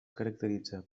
caracteritza